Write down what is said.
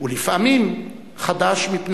ולפעמים חדש מפני